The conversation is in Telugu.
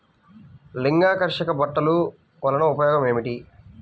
లింగాకర్షక బుట్టలు వలన ఉపయోగం ఏమిటి?